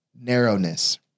narrowness